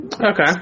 Okay